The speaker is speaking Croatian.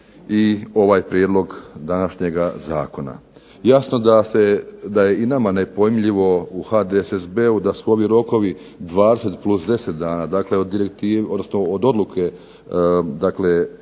današnji prijedlog zakona. Jasno da je i nama nepojmljivo u HDSSB-u da su ovi rokovi 20 + 10 dana, dakle od odluke Europe